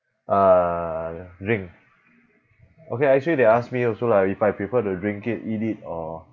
ah drink okay ah actually they asked me also lah if I prefer to drink it eat it or